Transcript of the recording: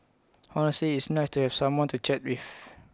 honestly it's nice to have someone to chat with